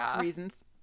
reasons